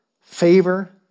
favor